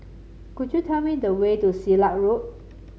could you tell me the way to Silat Road